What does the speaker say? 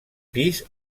pis